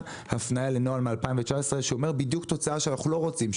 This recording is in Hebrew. הפנייה לנוהל מ-2019 שאומר בדיוק תוצאה שאנחנו לא רוצים.